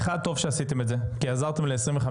אחד, טוב שעשיתם את זה כי עזרתם ל-25%.